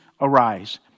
arise